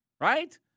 Right